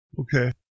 Okay